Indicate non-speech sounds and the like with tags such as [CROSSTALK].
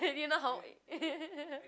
have you not how [LAUGHS]